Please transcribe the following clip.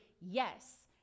yes